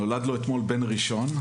נולד לו אתמול בן ראשון.